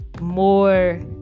more